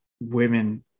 women